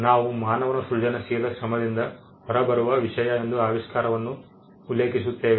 ನಾವು ಮಾನವನ ಸೃಜನಶೀಲ ಶ್ರಮದಿಂದ ಹೊರಬರುವ ವಿಷಯ ಎಂದು ಆವಿಷ್ಕಾರವನ್ನು ಉಲ್ಲೇಖಿಸುತ್ತೇವೆ